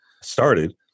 started